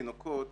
תינוקות